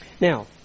Now